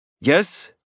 Yes